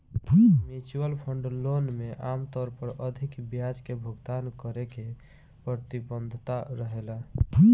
mutual fund loan में आमतौर पर अधिक ब्याज के भुगतान करे के प्रतिबद्धता रहेला